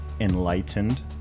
enlightened